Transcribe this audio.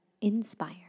inspire